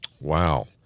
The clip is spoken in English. Wow